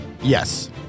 yes